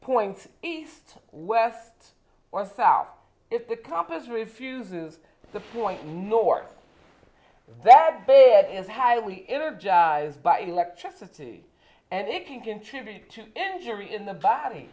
points east west or south if the compass refuses to flaunt north that bed is highly energized by electricity and it can contribute to injury in the body